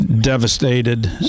Devastated